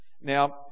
now